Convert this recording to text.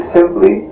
simply